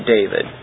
David